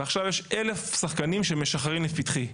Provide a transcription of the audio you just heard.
ועכשיו יש 1,000 שחקנים שמשחרים לפתחי.